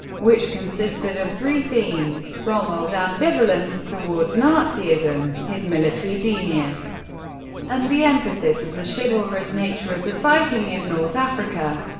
which consisted of three themes rommel's ambivalence towards nazism his military genius and the emphasis of the chivalrous nature of the fighting in north africa.